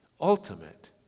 ultimate